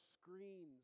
screens